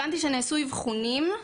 הבנתי שנעשו אבחונים.